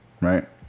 right